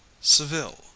Seville